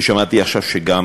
ושמעתי עכשיו שגם